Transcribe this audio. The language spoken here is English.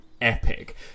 epic